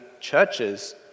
churches